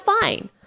fine